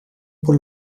por